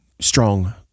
strong